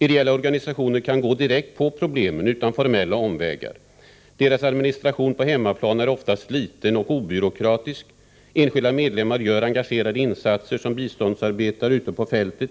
Ideella organisationer kan gå direkt på problemen utan formella omvägar. Deras administration på hemmaplan är oftast liten och obyråkratisk. Enskilda medlemmar gör engagerade insatser som biståndsarbetare ute på fältet,